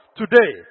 today